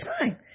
time